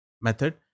method